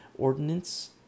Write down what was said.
Ordinance